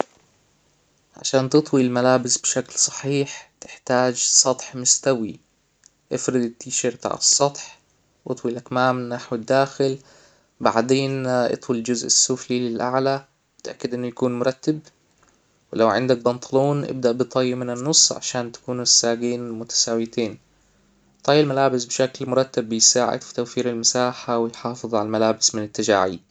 عشان تطوي الملابس بشكل صحيح تحتاج سطح مستوي إفرد التيشرت على السطح وإطوي الأكمام نحو الداخل بعدين إطوى الجزء السفلي للأعلى وأتأكد انه يكون مرتب ولو عندك بنطلون ابدأ بطيه من النص عشان تكون الساجين متساويتين طى الملابس بشكل مرتب بيساعد في توفير المساحة ويحافظ على الملابس من التجاعيد